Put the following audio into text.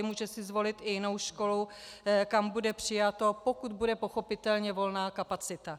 Může si zvolit i jinou školu, kam bude přijato, pokud bude, pochopitelně, volná kapacita.